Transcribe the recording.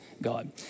God